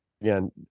again